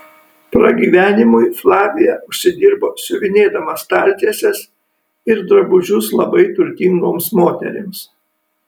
pragyvenimui flavija užsidirbo siuvinėdama staltieses ir drabužius labai turtingoms moterims